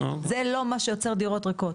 זה לא מה שיוצר דירות ריקות,